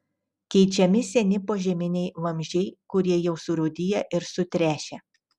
keičiami seni požeminiai vamzdžiai kurie jau surūdiję ir sutręšę